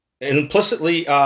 Implicitly